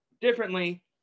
differently